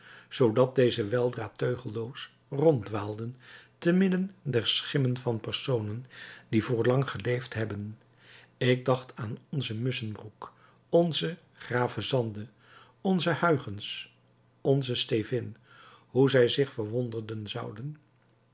zoodat deze weldra teugelloos ronddwaalden te midden der schimmen van personen die voorlang geleefd hebben ik dacht aan onzen musschenbroek onzen gravesande onzen huygens onzen stevin hoe zij zich verwonderen zouden